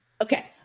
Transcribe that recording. Okay